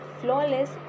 flawless